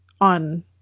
on